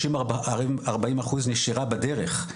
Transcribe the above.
30-40 אחוז נשירה בדרך,